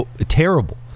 terrible